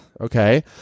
Okay